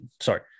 sorry